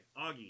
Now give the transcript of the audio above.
Augie